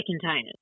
containers